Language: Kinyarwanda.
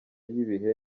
y’ibihe